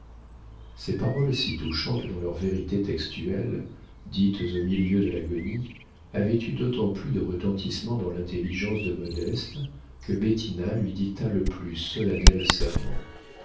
ces paroles si touchantes dans leur vérité textuelle dites au milieu de l'agonie avaient eu d'autant plus de retentissement dans l'intelligence de modeste que bettina lui dicta le plus solennel serment